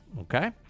okay